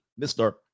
Mr